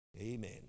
Amen